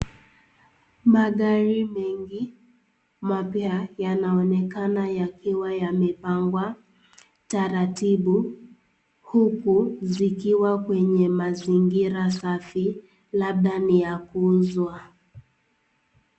Magari mengi mapya yanaonekana yakiwa yamepangwa taratibu huku zikiwa kwenye mazingira safi labda ni ya kuuzwa